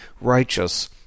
righteous